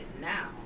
now